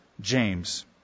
James